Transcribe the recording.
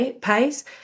pace